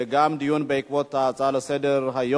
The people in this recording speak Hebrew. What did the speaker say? גם דיון בעקבות הצעה לסדר-היום.